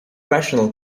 rational